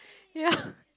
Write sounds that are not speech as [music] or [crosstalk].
ya [laughs]